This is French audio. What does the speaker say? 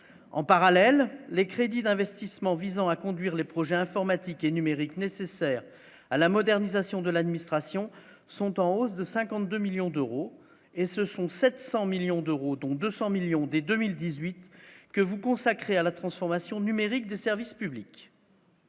en parallèle, les crédits d'investissement visant à conduire les projets informatiques et numériques nécessaires à la modernisation de l'administration sont en hausse de 52 millions d'euros et ce sont 700 millions d'euros, dont 200 millions dès 2018 que vous consacrez à la transformation numérique de service public.